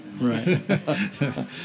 Right